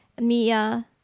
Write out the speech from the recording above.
Mia